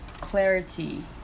clarity